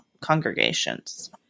congregations